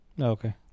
Okay